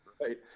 Right